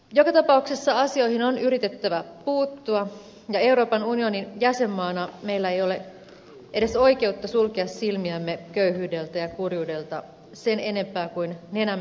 joka tapauksessa asioihin on yritettävä puuttua ja euroopan unionin jäsenmaana meillä ei ole edes oikeutta sulkea silmiämme köyhyydeltä ja kurjuudelta sen enempää kuin nenän